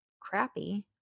crappy